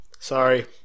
Sorry